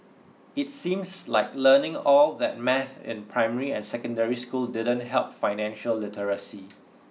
it seems like learning all that maths in primary and secondary school didn't help financial literacy